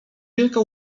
wielka